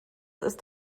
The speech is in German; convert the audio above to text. ist